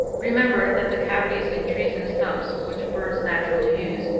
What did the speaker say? remember that the cavities in trees and stumps, which birds naturally use,